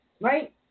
Right